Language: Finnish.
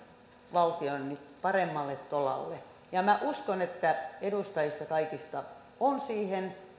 valtion paremmalle tolalle minä uskon että kaikista edustajista on siihen